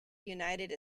united